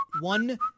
one